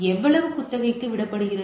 எவ்வளவு குத்தகைக்கு விடப்படுகிறது